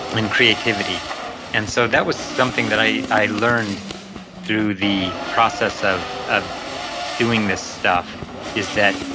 and creativity and so that was something that i i learned through the process of of doing this stuff is that,